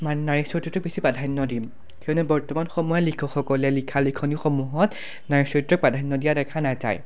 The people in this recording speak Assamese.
মানে নাৰী চৰিত্ৰটো বেছি প্ৰাধান্য দিম কিয়নো বৰ্তমান সময়ত লিখকসকলে লিখা লিখনিসমূহত নাৰী চৰিত্ৰ প্ৰাধান্য দিয়া দেখা নাযায়